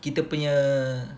kita punya